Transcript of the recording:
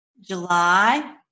July